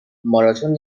ماراتن